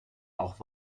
auch